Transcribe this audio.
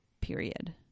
period